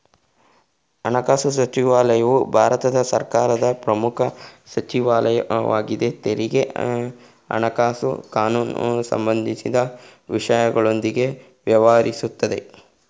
ಹಣಕಾಸುಸಚಿವಾಲಯವು ಭಾರತ ಸರ್ಕಾರದ ಪ್ರಮುಖ ಸಚಿವಾಲಯ ವಾಗಿದೆ ತೆರಿಗೆ ಹಣಕಾಸು ಕಾನೂನುಸಂಬಂಧಿಸಿದ ವಿಷಯಗಳೊಂದಿಗೆ ವ್ಯವಹರಿಸುತ್ತೆ